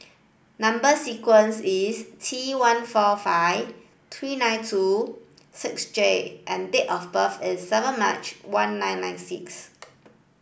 number sequence is T one four five three nine two six J and date of birth is seven March one nine nine six